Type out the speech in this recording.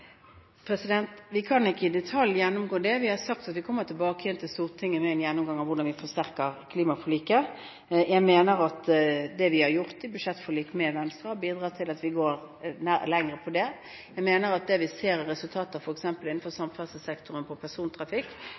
Vi kan ikke i detalj gjennomgå det nå. Vi har sagt at vi kommer tilbake til Stortinget med en gjennomgang av hvordan vi forsterker klimaforliket. Jeg mener at det vi har gjort i budsjettforliket med Venstre, har bidratt til at vi går lenger på det. Jeg mener at det vi ser av resultater f.eks. innenfor samferdselssektoren på persontrafikk,